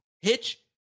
hitch